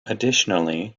additionally